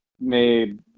made